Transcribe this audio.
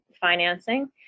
financing